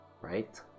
right